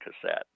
cassette